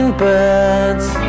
birds